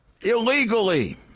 Illegally